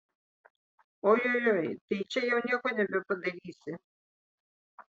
ojojoi tai čia jau nieko nebepadarysi